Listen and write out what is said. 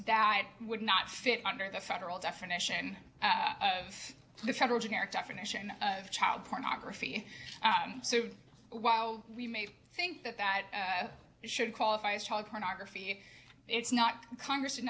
that would not fit under the federal definition of the federal generic definition of child pornography so while we may think that that should qualify as child pornography it's not congress